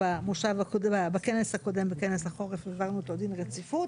בכנסת החורף העברנו אותו דין רציפות,